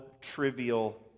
trivial